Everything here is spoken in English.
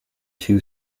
two